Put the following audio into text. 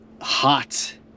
hot